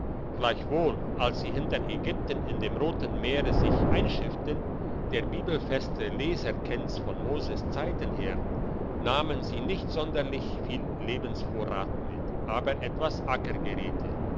gleichwohl als sie hinter ägypten in dem roten meere sich einschifften der bibelfeste leser kennt's von moses zeiten her nahmen sie nicht sonderlich viel lebensvorrat mit aber etwas